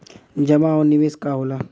जमा और निवेश का होला?